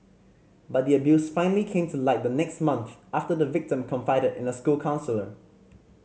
but the abuse finally came to light the next month after the victim confided in a school counsellor